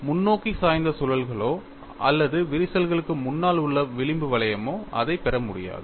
முன்னோக்கி சாய்ந்த சுழல்களோ அல்லது விரிசலுக்கு முன்னால் உள்ள விளிம்பு வளையமோ அதைப் பெற முடியாது